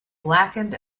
blackened